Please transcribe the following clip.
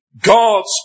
God's